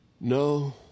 No